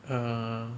err